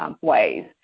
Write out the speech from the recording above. Ways